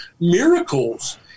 miracles